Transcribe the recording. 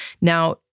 Now